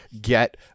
get